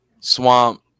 Swamp